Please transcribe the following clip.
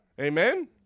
Amen